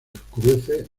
oscurece